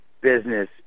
business